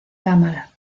cámara